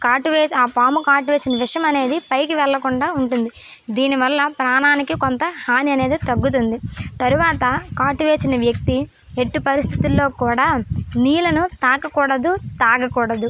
కాటు వేసి పాము కాటు వేసిన విషం అనేది పైకి వెళ్ళకుండా ఉంటుంది దీనివల్ల ప్రాణానికి కొంత హాని అనేది తగ్గుతుంది తరువాత కాటు వేసిన వ్యక్తి ఎట్టి పరిస్థితిలో కూడా నీళ్ళను తాకకూడదు తాగకూడదు